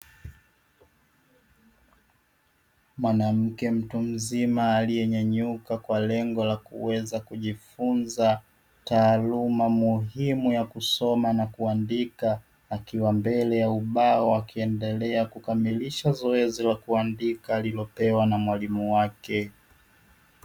Mwanamke mtu mzima aliyenyanyuka kwa lengo la kuweza kujifunza taaluma muhimu ya kusoma na kuandika, akiwa mbele ya ubao akiendelea kukamilisha zoezi la kuandika alilopewa na mwalimu wake.